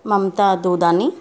ममता दोदानी